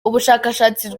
ubushakashatsi